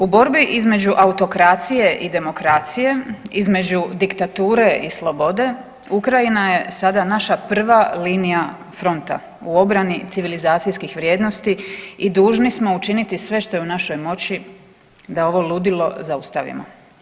U borbi između autokracije i demokracije, između diktature i slobode Ukrajina je sada naša prva linija fronta u obrani civilizacijskih vrijednosti i dužni smo učiniti sve što je u našoj moći da ovo ludilo zaustavimo.